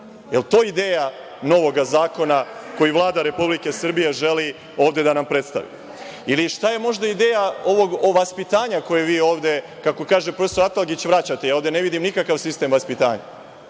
li je to ideja novoga zakona koji Vlada Republike Srbije želi ovde da nam predstavi? Ili, šta je možda ideja vaspitanja koje vi ovde, kako kaže profesor Atlagić vraćate, ja ovde ne vidim nikakav sistem vaspitanja.